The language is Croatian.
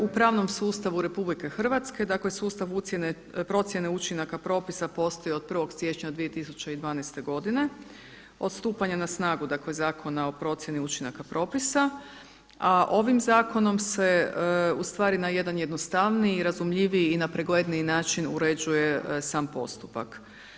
U pravnom sustavu RH sustav procjene učinaka propisa postoji od 1. siječnja 2012. godine, od stupanja na snagu Zakona o procjeni učinaka propisa, a ovim zakonom se na jedan jednostavniji i razumljiviji i na pregledniji način uređuje sam postupak.